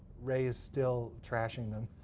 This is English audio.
ray is still trashing them,